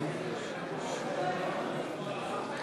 חברי